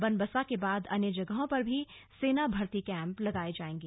बनबसा के बाद अन्य जगहों पर भी सेना भर्ती कैंप लगाए जाएंगे